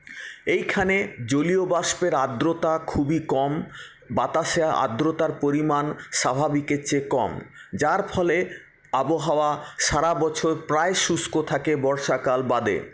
এইখানে জলীয় বাষ্পের আর্দ্রতা খুবই কম বাতাসে আর্দ্রতার পরিমাণ স্বাভাবিকের চেয়ে কম যার ফলে আবহাওয়া সারা বছর প্রায় শুষ্ক থাকে বর্ষাকাল বাদে